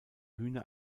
hühner